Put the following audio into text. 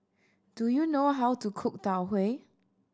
do you know how to cook Tau Huay